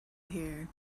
here